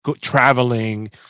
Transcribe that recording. traveling